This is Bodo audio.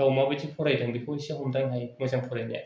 गाव मा बायदि फरायदों बेखौ एसे हमदां हायो मोजां फरायनाया